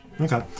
Okay